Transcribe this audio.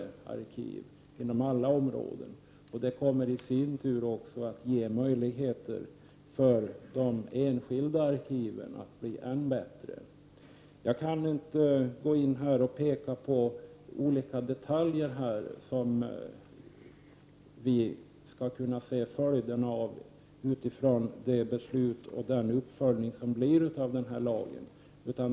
Det kommer i sin tur att ge möjligheter för de enskilda arkiven att bli än bättre. Jag kan inte här peka på olika detaljer som skall bli följden av detta beslut och den uppföljning som det blir av denna lag.